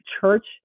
church